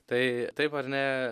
tai taip ar ne